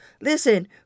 Listen